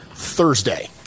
Thursday